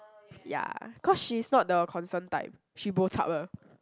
ya cause she's not the concerned type she bo chap